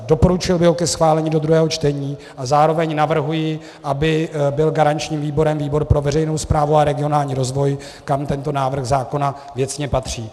Doporučil bych ho ke schválení do druhého čtení a zároveň navrhuji, aby byl garančním výborem výbor pro veřejnou správu a regionální rozvoj, kam tento návrh zákona věcně patří.